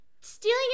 Stealing